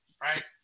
right